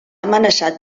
amenaçat